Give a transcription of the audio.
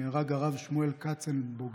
נהרג הרב שמואל קצנלבוגן,